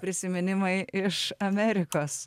prisiminimai iš amerikos